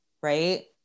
right